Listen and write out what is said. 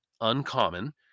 uncommon